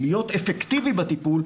להיות אפקטיבי בטיפול,